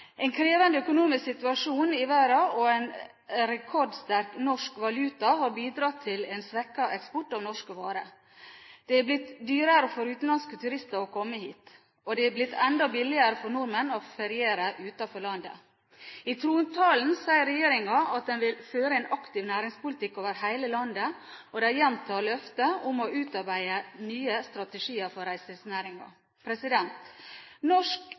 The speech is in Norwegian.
En krevende økonomisk situasjon i verden og en rekordsterk norsk valuta har bidratt til en svekket eksport av norske varer. Det er blitt dyrere for utenlandske turister å komme hit. Og det har blitt enda billigere for nordmenn å feriere utenfor landet. I trontalen sier regjeringen at den vil føre en aktiv næringspolitikk over hele landet, og de gjentar løftet om å utarbeide nye strategier for reiselivsnæringen. Når norsk